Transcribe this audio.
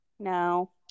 No